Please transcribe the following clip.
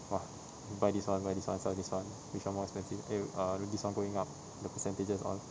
!wah! buy this one buy this one sell this one which one more expensive eh ah this one going up the percentages all